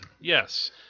Yes